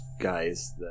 guys